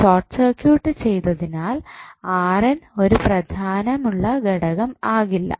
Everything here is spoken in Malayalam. ഷോർട്ട് സർക്യൂട്ട് ചെയ്തതിനാൽ ഒരു പ്രാധാന്യമുള്ള ഘടകം ആകില്ല